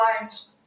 lines